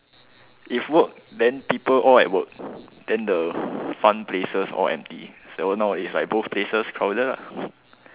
if work then people all at work then the fun places all empty so now is like both places crowded lah